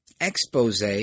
expose